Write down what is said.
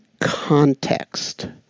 context